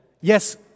yes